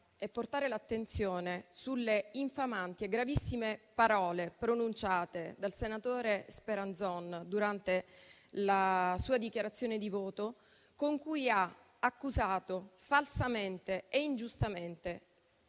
e portare l'attenzione sulle infamanti e gravissime parole pronunciate dal senatore Speranzon durante la sua dichiarazione di voto in cui ha accusato falsamente e ingiustamente